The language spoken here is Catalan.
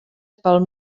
pel